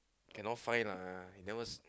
cannot find lah you never